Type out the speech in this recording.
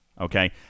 Okay